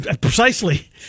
Precisely